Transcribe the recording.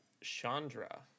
Chandra